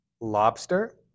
Lobster